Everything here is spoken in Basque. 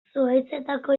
zuhaitzetako